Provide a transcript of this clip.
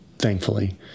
Thankfully